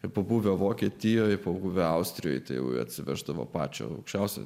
ir pabuvę vokietijoje paaugliai austrijoje tėvai atsiveždavo pačio aukščiausio